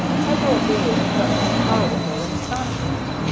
peveril gazed from his car window in astonishment.